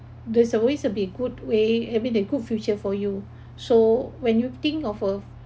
there's always a be good way I mean a good future for you so when you think of a